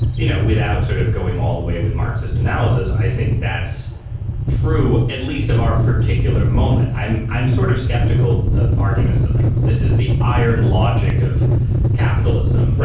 you know, without sort of going all the way with marxist analysis. i think that's true, at least of our particular moment. i'm i'm sort of skeptical of arguments that like this is the iron logic of capitalism.